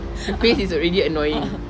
a'ah